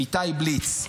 איתי בליץ,